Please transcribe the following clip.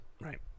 Right